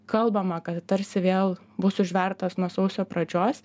kalbama kad tarsi vėl bus užvertas nuo sausio pradžios